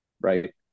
right